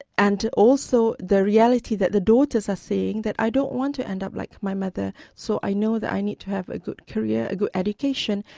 and also the reality that the daughters are saying that, i don't want to end up like my mother, so i know that i need to have a good career, a good education,